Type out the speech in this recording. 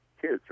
kids